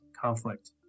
conflict